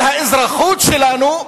על האזרחות שלנו,